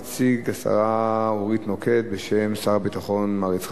תציג השרה אורית נוקד בשם שר הביטחון, מר יצחק